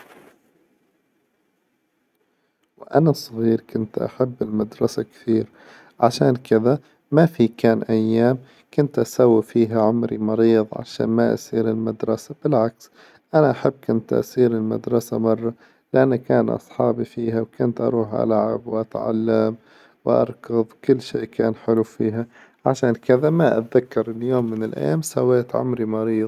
وأنا صغير كنت أحب المدرسة كثير، عشان كذا ما في كان أيام كنت أسوي فيها عمري مريظ عشان ما أسير المدرسة، بالعكس أنا أحب كنت أسير المدرسة مرة، لأنه كان أصحابي فيها و كنت أروح ألعاب وأتعلم وأركظ كل شي كان حلو فيها عشان كذا ما أذكر يوم من الأيام سويت عمري مريظ.